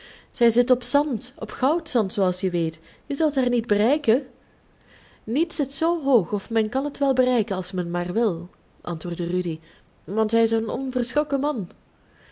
zij zit op zand op goudzand zooals je weet je zult haar niet bereiken niets zit zoo hoog of men kan het wel bereiken als men maar wil antwoordde rudy want hij is een onverschrokken man